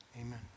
Amen